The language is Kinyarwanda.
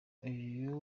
uyu